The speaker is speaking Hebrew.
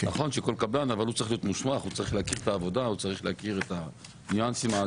הקבלן צריך להיות מוסמך ולהכיר את העבודה ואת הניואנסים העדינים.